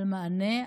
על מענה,